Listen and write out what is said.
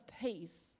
peace